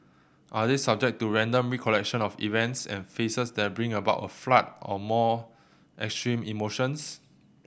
are they subject to random recollection of events and faces that bring about a flood of more extreme emotions